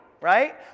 right